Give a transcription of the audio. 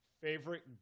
Favorite